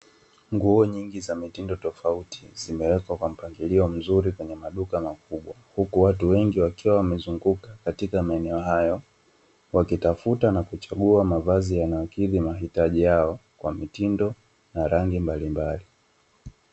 Nguo nyingi za mitindo tofauti zimewekwa katika duka kwa mpangilio kwenye maduka makubwa huku watu wakiwa wamezunguka wakichagua mavazi yanayokizi mahitaji yao kwa mitindo na nguo mbalimbali